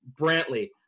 Brantley